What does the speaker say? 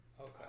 Okay